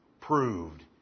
proved